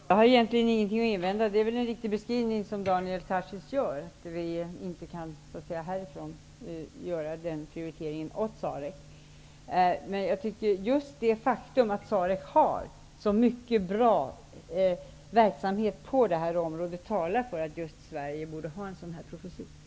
Herr talman! Jag har egentligen ingenting att invända. Det är väl en riktig beskrivning som Daniel Tarschys ger. Vi kan inte härifrån göra prioriteringen åt SAREC. Just det faktum att SAREC bedriver så bra verksamhet på detta område talar för att Sverige borde ha en sådan här professur.